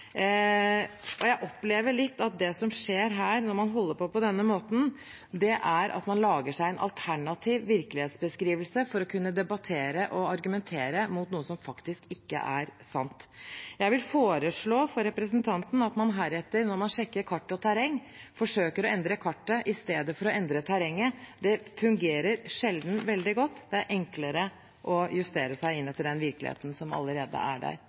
Jeg opplever at det som skjer når man holder på på denne måten, er at man lager seg en alternativ virkelighetsbeskrivelse for å kunne debattere og argumentere mot noe som faktisk ikke er sant. Jeg vil foreslå for representanten at hun når hun sjekker kart og terreng, heretter forsøker å endre kartet istedenfor terrenget. Det fungerer sjelden veldig godt. Det er enklere å justere seg inn etter den virkeligheten som allerede er der.